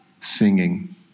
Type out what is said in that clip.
singing